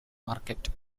market